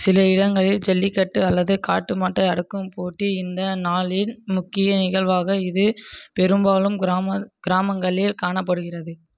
சில இடங்களில் ஜல்லிக்கட்டு அல்லது காட்டு மாட்டை அடக்கும் போட்டி இந்த நாளின் முக்கிய நிகழ்வாக இது பெரும்பாலும் கிராமங் கிராமங்களில் காணப்படுகிறது